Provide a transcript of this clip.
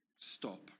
Stop